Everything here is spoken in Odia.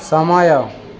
ସମୟ